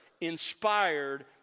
inspired